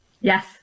Yes